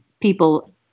people